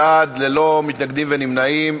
28 בעד, ללא מתנגדים וללא נמנעים.